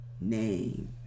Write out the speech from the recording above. name